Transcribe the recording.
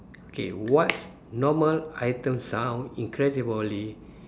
okay what's normal item sound incredibly